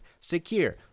secure